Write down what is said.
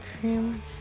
cream